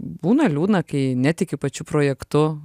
būna liūdna kai netiki pačiu projektu